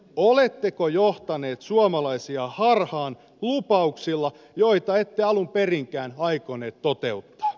oletteko johtaneet suomalaisia harhaan lupauksilla joita ette alun perinkään aikoneet toteuttaa